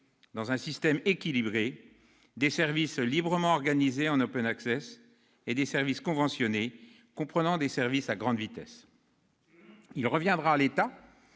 dans un système équilibré, des services librement organisés, en, et des services conventionnés, comprenant des services à grande vitesse. Il reviendra à l'État,